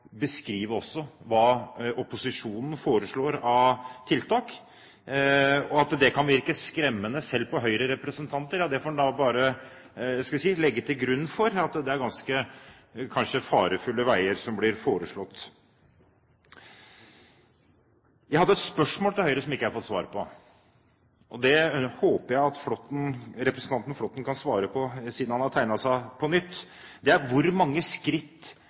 beskrive også hva opposisjonen foreslår av tiltak. At det kan virke skremmende selv på Høyre-representanter, får en bare begrunne med at det kanskje er ganske farefulle veier som blir foreslått. Jeg hadde et spørsmål til Høyre som jeg ikke har fått svar på. Det håper jeg representanten Flåtten kan svare på siden han har tegnet seg på nytt. Det er: Hvor mange skritt